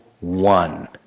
one